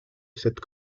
cette